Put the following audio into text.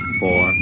four